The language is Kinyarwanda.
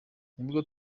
nubwo